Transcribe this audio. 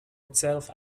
itself